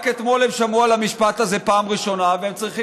רק אתמול הם שמעו על המשפט הזה פעם ראשונה והם צריכים